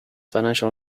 financial